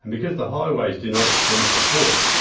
and because the highways do not extend to the ports,